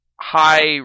high